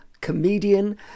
comedian